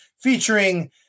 featuring